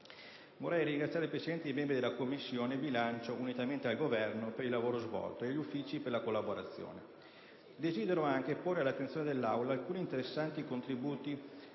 ringraziando il Presidente e i membri della Commissione bilancio, unitamente al Governo, per il lavoro svolto e gli Uffici per la collaborazione, desidero porre all'attenzione dell'Aula alcuni interessanti contributi